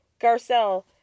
Garcelle